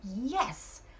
yes